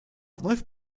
вновь